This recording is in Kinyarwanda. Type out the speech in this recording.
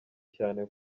cyane